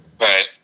Right